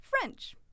French